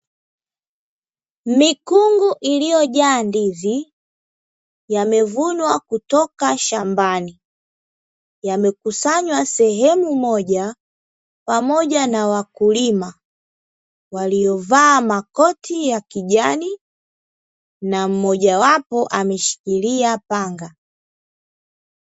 Mikungu iliyojaa ndizi yamevunwa kutoka shambani, yamekusanywa sehemu moja pamoja na wakulima waliovaa makoti ya kijani na mmoja wapo ameshikilia panga.